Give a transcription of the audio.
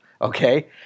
okay